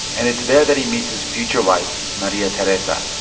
and it's there that he meets his future wife, maria teresa.